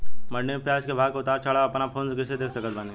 मंडी मे प्याज के भाव के उतार चढ़ाव अपना फोन से कइसे देख सकत बानी?